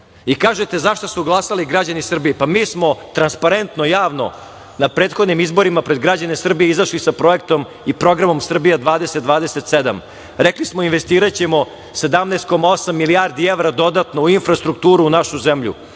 i kažete, za šta su glasali građani Srbije? Pa mi smo transparentno javno na prethodne izbore pred građane Srbije izašli sa projektom i programom Srbija 2027. Rekli smo, investiraćemo 17,8 milijardi evra dodatno u infrastrukturu u našu zemlju,